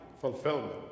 fulfillment